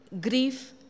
grief